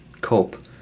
cope